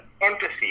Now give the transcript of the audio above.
empathy